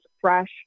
fresh